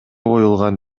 коюлган